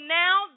now